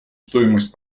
стоимость